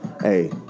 hey